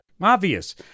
Obvious